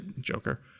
Joker